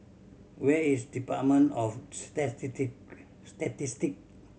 where is Department of Statistic